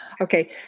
okay